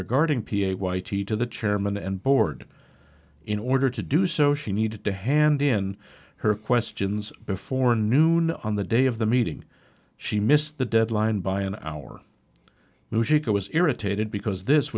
regarding p a y t to the chairman and board in order to do so she needed to hand in her questions before noon on the day of the meeting she missed the deadline by an hour usually go was irritated because this